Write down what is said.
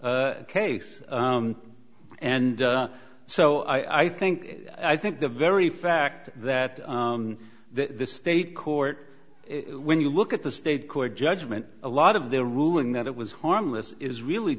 case and so i think i think the very fact that the state court when you look at the state court judgment a lot of the ruling that it was harmless is really